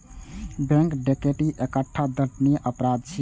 bank डकैती एकटा दंडनीय अपराध छियै